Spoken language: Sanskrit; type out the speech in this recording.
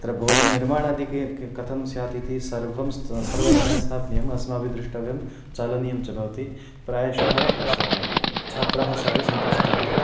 तत्र भोजननिर्माणादिकं क कथं स्यात् इति सर्वं सर्वकारेण सह अस्माभिः द्रष्टव्यं चालनीयं च भवति प्रायशः छात्राः सर्वे सन्तुष्टाः तत्र